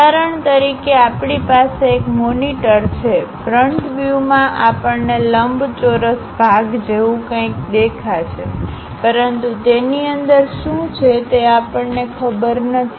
ઉદાહરણ તરીકે આપણી પાસે એક મોનિટર છે ફ્રંટ વ્યુમા આપણને લંબચોરસ ભાગ જેવું કંઈક દેખાશે પરંતુ તેની અંદર શું છે તે આપણને ખબર નથી